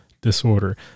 disorder